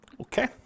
Okay